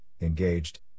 engaged